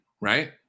right